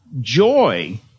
Joy